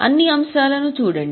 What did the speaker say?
అన్ని అంశాలను చూడండి